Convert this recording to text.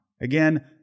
Again